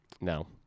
no